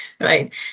Right